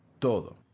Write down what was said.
todo